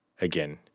again